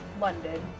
London